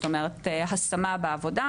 זאת אומרת השמה בעבודה.